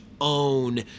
own